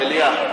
מליאה.